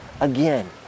again